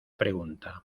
pregunta